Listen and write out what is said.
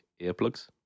earplugs